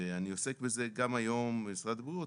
ואני עוסק בזה גם היום במשרד הבריאות